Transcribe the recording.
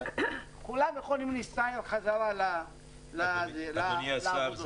כולם יכולים להסתער חזרה לעבודות שלהם --- אדוני השר,